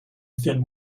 thin